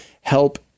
help